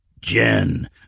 Jen